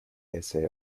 essay